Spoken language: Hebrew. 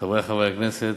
חברי חברי הכנסת,